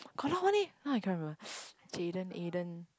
got a lot one eh now I cannot remember Jayden Aden